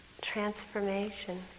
transformation